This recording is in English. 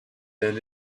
then